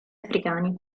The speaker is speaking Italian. africani